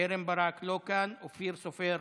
קרן ברק, לא כאן, אופיר סופר,